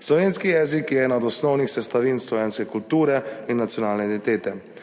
Slovenski jezik je ena od osnovnih sestavin slovenske kulture in nacionalne identitete,